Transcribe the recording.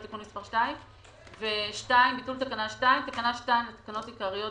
"תיקון מס' 2". תקנה 2 ביטול תקנה 2 לתקנות העיקריות